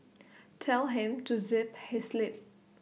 tell him to zip his lip